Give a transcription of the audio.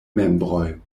membroj